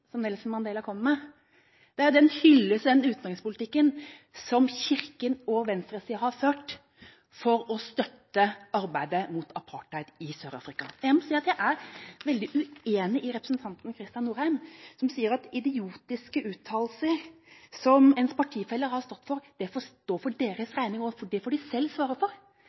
utenrikspolitikk Nelson Mandela kommer med. Det er en hyllest til den utenrikspolitikken som Kirken og venstresida har ført for å støtte arbeidet mot apartheid i Sør-Afrika. Jeg må si at jeg er veldig uenig med representanten Kristian Norheim som sier at idiotiske uttalelser som ens partifeller har kommet med, får stå for deres regning, og at de selv får svare for